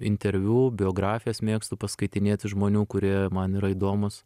interviu biografijas mėgstu paskaitinėti žmonių kurie man yra įdomūs